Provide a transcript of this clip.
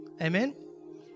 Amen